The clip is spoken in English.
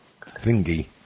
thingy